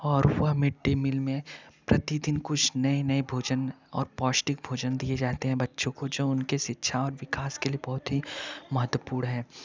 और वह mid day meal में प्रतिदिन कुछ नए नए भोजन और पौष्टिक भोजन दिए जाते हैं बच्चों को दो उनके शिक्षा और विकास के लिए बहुत ही महत्वपूर्ण है